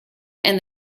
and